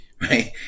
right